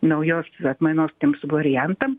naujos atmainos tiems variantam